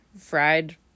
fried